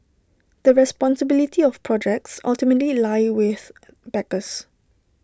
the responsibility of projects ultimately lie with backers